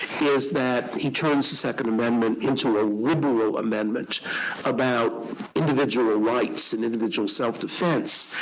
is that he turns the second amendment into a liberal amendment about individual ah rights and individual self-defense.